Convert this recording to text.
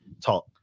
talk